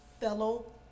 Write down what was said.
fellow